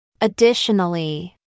Additionally